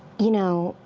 you know,